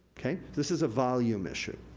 this is a volume issue.